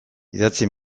idatzi